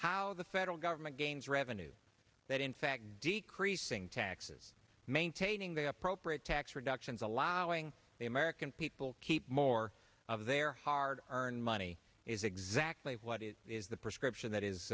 how the federal government gains revenue that in fact decreasing taxes maintaining the appropriate tax reductions allowing the american people keep more of their hard earned money is exactly what it is the prescription that